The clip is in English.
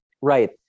Right